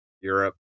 Europe